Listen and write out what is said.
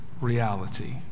reality